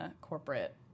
corporate